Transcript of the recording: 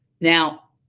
Now